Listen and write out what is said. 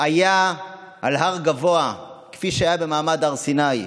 היה על הר גבוה, כפי שהיה במעמד הר סיני,